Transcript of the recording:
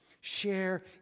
share